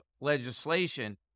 legislation